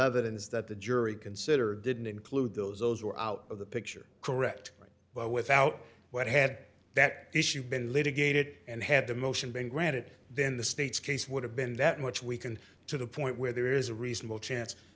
evidence that the jury considered didn't include those those were out of the picture correct but without what had that issue been litigated and had the motion been granted then the state's case would have been that much we can to the point where there is a reasonable chance